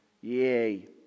Yay